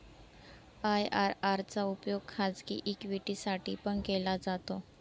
IRR चा उपयोग खाजगी इक्विटी साठी पण केला जातो